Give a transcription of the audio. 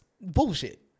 Bullshit